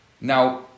Now